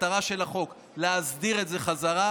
המטרה של החוק היא להסדיר את זה חזרה.